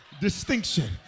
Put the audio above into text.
Distinction